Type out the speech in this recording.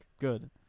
Good